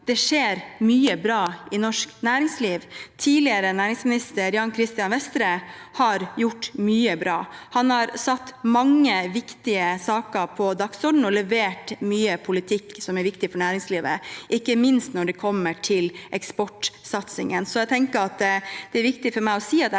det skjer mye bra i norsk næringsliv. Tidligere næringsminister Jan Christi an Vestre har gjort mye bra. Han har satt mange viktige saker på dagsordenen og levert mye politikk som er viktig for næringslivet, ikke minst når det gjelder eksportsatsingen. Så er det viktig for meg å si at jeg også